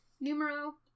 Numero